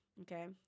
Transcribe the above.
Okay